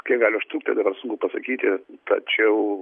kiek gali užtrukti dabar sunku pasakyti tačiau